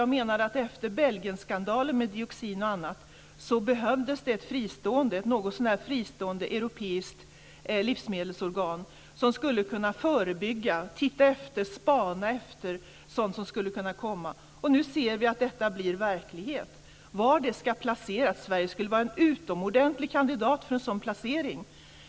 Jag menade att det efter Belgienskandalen, med dioxin och annat, behövdes ett någotsånär fristående europeiskt livsmedelsorgan som skulle förebygga och spana efter sådant som skulle kunna komma. Nu ser vi att detta blir verklighet. Var ska det då placeras? Sverige skulle vara en utomordentlig kandidat för en sådan placering.